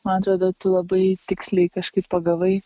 man atrodo tu labai tiksliai kažkaip pagavai